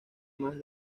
más